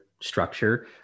structure